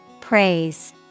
Praise